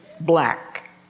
Black